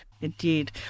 Indeed